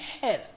hell